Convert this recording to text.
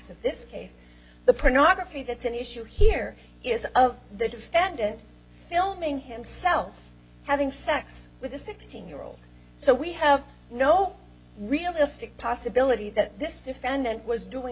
of this case the printer are a few that's an issue here is of the defendant filming himself having sex with a sixteen year old so we have no realistic possibility that this defendant was doing